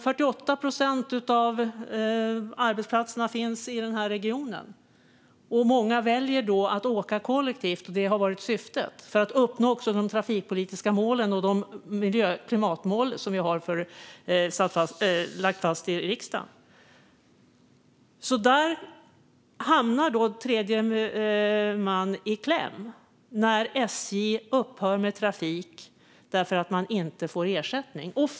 48 procent av arbetsplatserna finns i denna region, och många väljer att åka kollektivt. Detta har varit syftet, också för att uppnå de trafikpolitiska målen och de miljö och klimatmål som vi har lagt fast i riksdagen. Tredje man hamnar alltså i kläm när SJ upphör med trafik därför att man inte får ersättning.